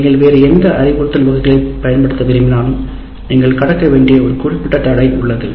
நீங்கள் வேறு எந்த அறிவுறுத்தல் வகைகளையும் பயன்படுத்த விரும்பினால் நீங்கள் கடக்க வேண்டிய ஒரு குறிப்பிட்ட தடை உள்ளது